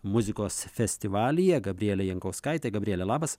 muzikos festivalyje gabrielė jankauskaitė gabriele labas